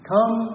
Come